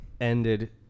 ended